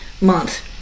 month